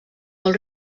del